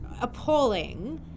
appalling